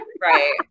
right